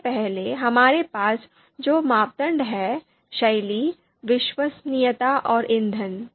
सबसे पहले हमारे पास जो मापदंड हैं शैली विश्वसनीयता और ईंधन